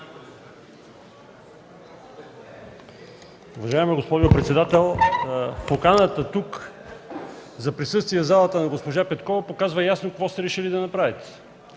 Уважаема госпожо председател, поканата за присъствие в залата на госпожа Петкова показва ясно какво сте решили да направите